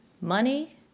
money